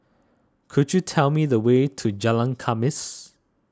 could you tell me the way to Jalan Khamis